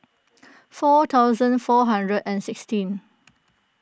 four thousand four hundred and sixteen